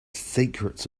secrets